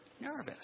nervous